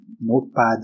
notepad